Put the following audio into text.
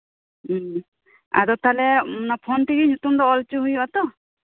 ᱦᱮᱸ ᱟᱫᱚ ᱛᱟᱦᱞᱮ ᱯᱷᱳᱱ ᱛᱮᱜᱮ ᱧᱩᱛᱩᱢ ᱫᱚ ᱚᱞ ᱦᱩᱭᱩᱜ ᱟᱛᱳ